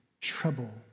trouble